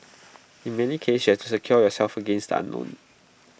in many cases you have to secure yourself against the unknown